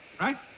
Right